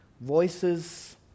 voices